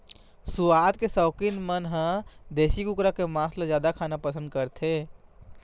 सुवाद के सउकीन मन ह देशी कुकरा के मांस ल खाना जादा पसंद करथे